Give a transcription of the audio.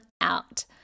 out